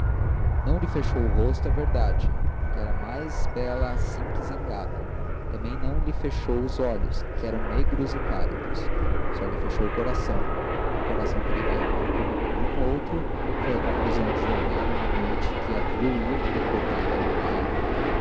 não lhe fechou o rosto é verdade e era mais bela assim que zangada também não lhe fechou os olhos que eram negros e cálidos só lhe fechou o coração um coração que devia amar como nenhum outro foi a conclusão de joão de melo uma noite em que a viu ir decotada a um baile